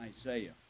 Isaiah